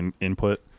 input